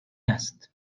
است